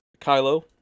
Kylo